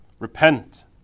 Repent